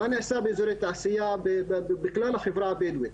מה נעשה באזורי תעשייה בכלל החברה הבדואית.